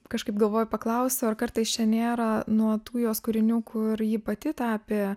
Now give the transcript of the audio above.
kažkaip galvoju paklausiu ar kartais čia nėra nuo tų jos kūrinių kur ji pati tapė